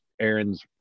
Aaron's